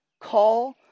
Call